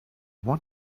want